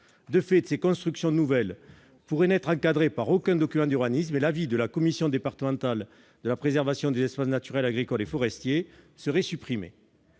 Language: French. De fait, ces constructions nouvelles pourraient n'être encadrées par aucun document d'urbanisme et l'avis de la commission départementale de la préservation des espaces naturels, agricoles et forestiers, la CDPENAF, serait supprimé.